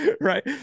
right